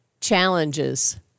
Challenges